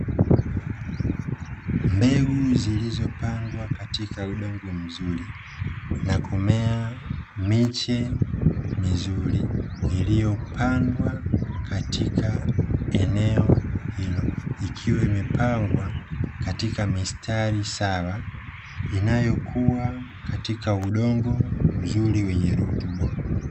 Mbegu zilizo pandwa katika udongo mzuri na kumea miche mizuri iliyo pandwa katika eneo hilo, ikiwa imepangwa kwa mistari sawa inayokuwa katika udongo mzuri wenye rutuba.